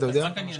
אז אני רק אסביר.